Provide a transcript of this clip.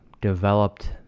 developed